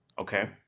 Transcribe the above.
okay